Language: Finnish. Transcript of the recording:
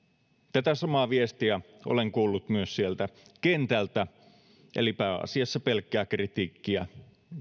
tätä samaa viestiä olen kuullut myös sieltä kentältä eli pääasiassa pelkkää kritiikkiä